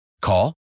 Call